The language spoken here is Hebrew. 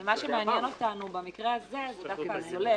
אבל מה שמעניין אותנו במקרה הזה הוא דווקא הסולק,